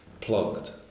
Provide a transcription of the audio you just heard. plugged